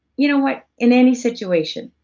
you know what, in any situation,